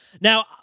Now